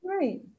right